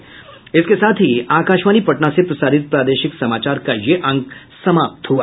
इसके साथ ही आकाशवाणी पटना से प्रसारित प्रादेशिक समाचार का ये अंक समाप्त हुआ